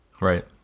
Right